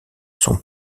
son